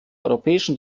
europäischen